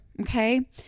Okay